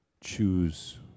choose